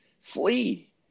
flee